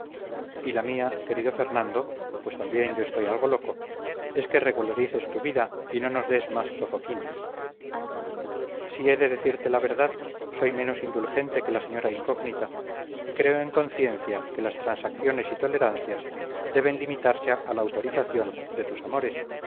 y la mía querido fernando pues también yo estoy algo loco es que regularices tu vida y no nos des más sofoquinas si he de decirte la verdad soy menos indulgente que la señora incógnita y creo en conciencia que las transacciones y tolerancias deben limitarse a la autorización de tus amores